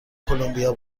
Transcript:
کلمبیا